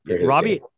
Robbie